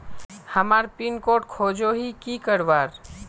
हमार pin code खोजोही की करवार?